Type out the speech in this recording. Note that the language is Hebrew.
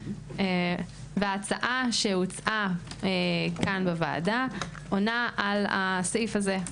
וההצעה שהוצעה כאן בוועדה עונה על הסעיף הזה.